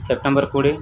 September କୋଡ଼ିଏ